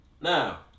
Now